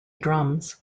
drums